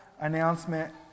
Announcement